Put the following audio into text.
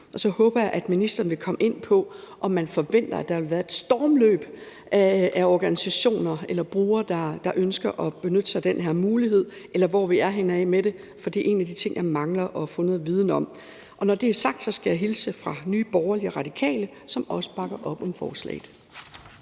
Og så håber jeg, at ministeren vil komme ind på, om man forventer, at der vil være et stormløb af organisationer eller brugere, der ønsker at benytte sig af den her mulighed, eller hvor vi er henne med det – for det er en af de ting, jeg mangler at få noget viden om. Når det er sagt, skal jeg hilse fra Nye Borgerlige og Radikale, som også bakker op om forslaget.